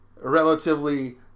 relatively